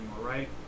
right